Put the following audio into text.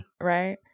Right